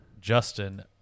Justin